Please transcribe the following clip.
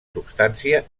substància